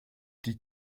die